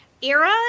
era